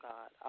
God